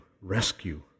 rescue